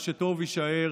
מה שטוב, יישאר.